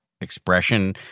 expression